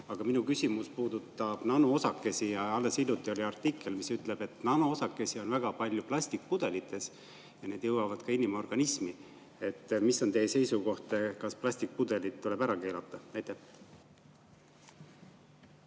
Aga minu küsimus puudutab nanoosakesi. Alles hiljuti oli artikkel, mis ütles, et nanoosakesi on väga palju plastikpudelites ja need jõuavad ka inimorganismi. Mis on teie seisukoht, kas plastikpudelid tuleb ära keelata? Ma